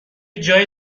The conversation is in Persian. جای